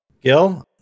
Gil